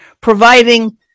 Providing